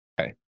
Okay